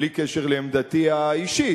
בלי קשר לעמדתי האישית,